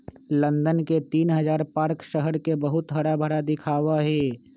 London के तीन हजार पार्क शहर के बहुत हराभरा दिखावा ही